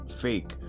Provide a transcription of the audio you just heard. fake